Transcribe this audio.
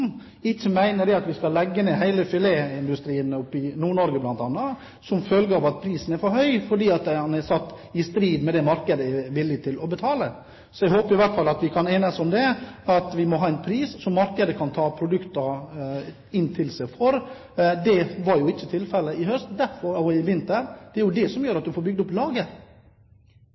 ikke mener at vi skal legge ned hele filetindustrien oppe i Nord-Norge, bl.a., som følge av at prisen er for høy fordi den er satt i strid med det markedet er villig til å betale. Så jeg håper at vi i hvert fall kan enes om at vi må ha en pris som markedet kan ta inn produktene for. Det var ikke tilfellet i høst og i vinter, og det er det som gjør at du får bygd opp